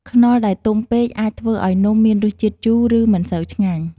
ខ្នុរដែលទុំពេក អាចធ្វើឱ្យនំមានរសជាតិជូរ ឬមិនសូវឆ្ងាញ់។